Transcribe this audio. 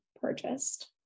purchased